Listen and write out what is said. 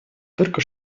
только